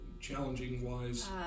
challenging-wise